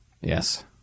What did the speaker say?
Yes